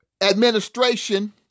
administration